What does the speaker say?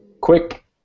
quick